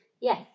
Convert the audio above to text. Yes